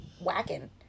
whacking